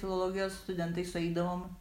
filologijos studentai sueidavom